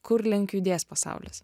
kur link judės pasaulis